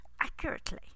accurately